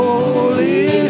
Holy